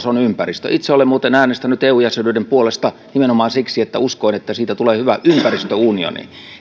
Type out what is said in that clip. on ympäristö itse olen muuten äänestänyt eu jäsenyyden puolesta nimenomaan siksi että uskoin että siitä tulee hyvä ympäristöunioni ja